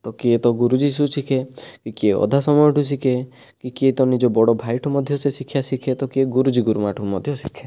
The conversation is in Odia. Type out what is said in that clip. ତ କିଏ ତ ଗୁରୁଜୀ ଠାରୁ ଶିଖେ କିଏ ଅଧା ସମୟ ଠାରୁ ଶିଖେ ତ କିଏ ତା ନିଜ ବଡ଼ ଭାଇ ଠାରୁ ମଧ୍ୟ ଶିକ୍ଷା ଶିଖେ ତ କିଏ ଗୁରୁଜୀ ଗୁରୁମା ଠାରୁ ମଧ୍ୟ ଶିଖେ